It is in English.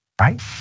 right